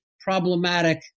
problematic